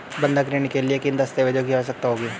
बंधक ऋण के लिए किन दस्तावेज़ों की आवश्यकता होगी?